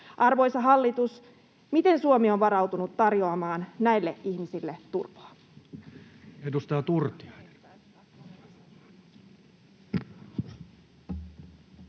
Arvoisa hallitus, miten Suomi on varautunut tarjoamaan näille ihmisille turvaa?